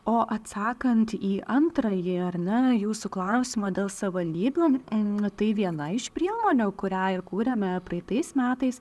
o atsakant į antrąjį ar ne jūsų klausimą dėl savivaldybių na tai viena iš priemonių kurią ir kūrėme praeitais metais